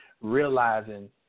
realizing